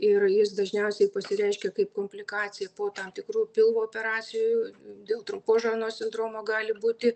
ir jis dažniausiai pasireiškia kaip komplikacija po tam tikrų pilvo operacijų dėl trumpos žarnos sindromo gali būti